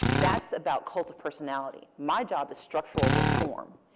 that's about cult of personality. my job is structural reform.